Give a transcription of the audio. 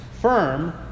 firm